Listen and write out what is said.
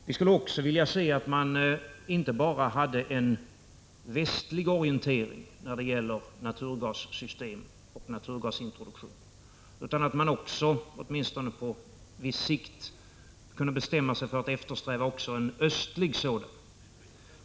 Vi skulle också vilja se att man inte enbart hade en västlig orientering när det gäller naturgassystem och naturgasintroduktion, utan att man kunde bestämma sig för att åtminstone på viss sikt eftersträva även en östlig sådan.